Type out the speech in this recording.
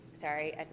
Sorry